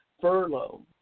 furlough